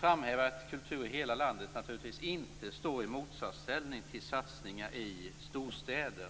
framhäva att Kultur i hela landet naturligtvis inte står i motsatsställning till satsningar i storstäder.